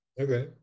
Okay